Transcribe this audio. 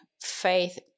faith